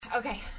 Okay